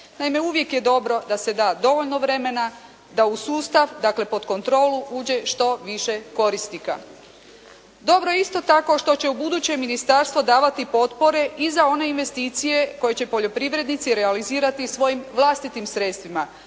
uvijek je dobro da se da dovoljno vremena, da u sustav, dakle, pod kontrolu uđe što više korisnika. Dobro je isto tako što će buduće Ministarstvo davati potpore i za one investicije koje će poljoprivrednici realizirati svojim vlastitim sredstvima,